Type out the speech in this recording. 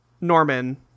Norman